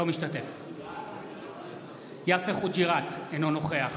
אינו משתתף בהצבעה יאסר חוג'יראת, אינו נוכח